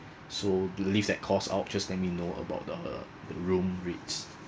so leave that cost out just let me know about the uh the room rates